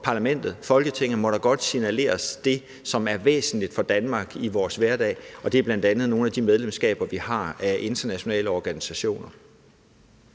Folketinget – godt må signaleres om det, som er væsentligt for Danmark i vores hverdag, og det er bl.a. nogle af de medlemskaber, vi har af internationale organisationer.